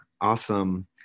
awesome